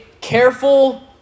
careful